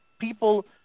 people –